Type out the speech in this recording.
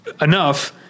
enough